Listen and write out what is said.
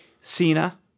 Cena